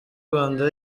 rwanda